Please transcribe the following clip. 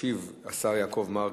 ישיב השר יעקב מרגי.